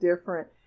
different